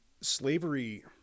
Slavery